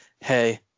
hey